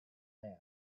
man